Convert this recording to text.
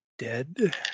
Dead